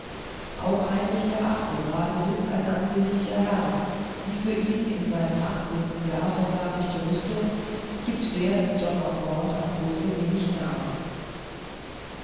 auch heinrich der achte war gewiß ein ansehnlicher herr die für ihn in seinem achtzehnten jahre verfertigte rüstung gibt der des john of gaunt an größe wenig nach